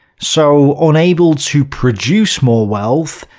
so, unable to produce more wealth,